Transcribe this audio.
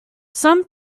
some